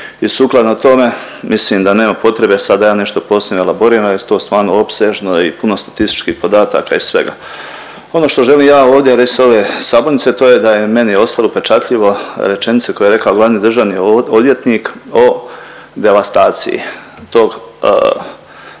i sukladno tome mislim da nema potrebe sad da ja nešto posebno elaboriram jer je to stvarno opsežno i puno statističkih podataka i svega. Ono što želim ja ovdje reć s ove sabornice to je da je meni ostalo upečatljivo rečenica koju je rekao glavni državni odvjetnik o devastaciji tog